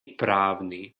právny